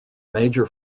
major